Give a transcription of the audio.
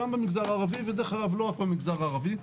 גם במגזר הערבי ודרך אגב לא רק במגזר הערבי,